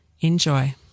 Enjoy